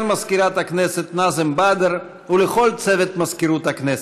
מזכירת הכנסת נאזם בדר ולכל צוות מזכירות הכנסת.